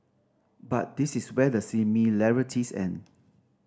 but this is where the similarities end